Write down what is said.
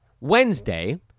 Wednesday